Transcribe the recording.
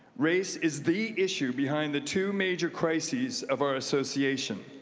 race is the issue behind the two major crises of our association.